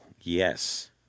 yes